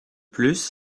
plus